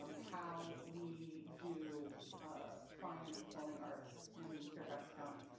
um how we do ah fine and performing art in fairfax county.